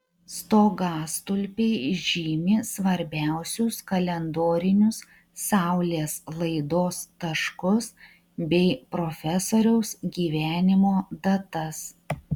stogastulpiai žymi svarbiausius kalendorinius saulės laidos taškus bei profesoriaus gyvenimo datas